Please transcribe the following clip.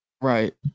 Right